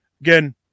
Again